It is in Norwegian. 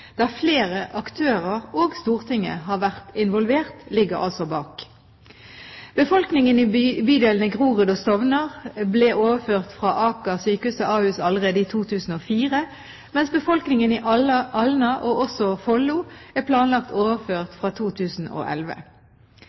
der flere aktører og Stortinget har vært involvert, ligger altså bak. Befolkningen i bydelene Grorud og Stovner ble overført fra Aker sykehus til Ahus allerede i 2004, mens befolkningen i Alna – og også Follo – er planlagt overført fra 2011.